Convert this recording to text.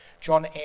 John